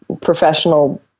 professional